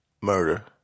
murder